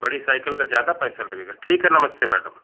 बड़ी साइकल का ज़्यादा पैसा लगेगा ठीक है नमस्ते मैडम